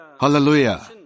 Hallelujah